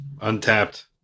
untapped